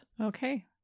Okay